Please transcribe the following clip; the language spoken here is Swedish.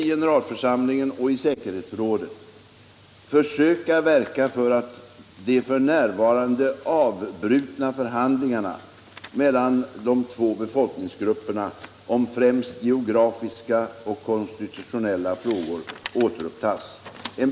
I samband med DHR:s kampanj ”Gör alla färdmedel allmänna” har påtalats att denna personal i allmänhet är positivt inställd till den pågående kampanjen.